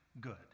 good